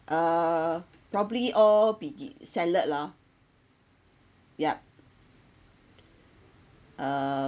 uh probably all will eat salad lah yup uh